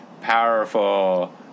powerful